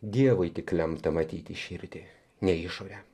dievui tik lemta matyti širdį ne išore